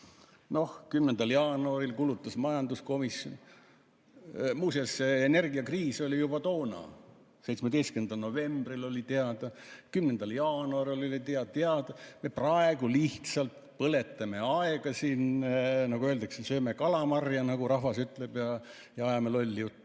Noh, 10. jaanuaril kulutas majanduskomisjon aega. Muuseas, energiakriis oli juba toona, 17. novembril oli see teada, 10. jaanuaril oli teada. Praegu me lihtsalt põletame aega siin, nagu öeldakse, sööme kalamarja, nagu rahvas ütleb, ja ajame lolli juttu.